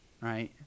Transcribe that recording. right